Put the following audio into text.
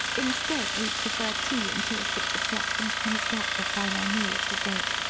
instead, we defer tea until six o'clock and make that the final meal of the day.